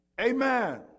Amen